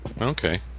Okay